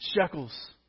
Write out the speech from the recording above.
shekels